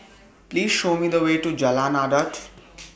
Please Show Me The Way to Jalan Adat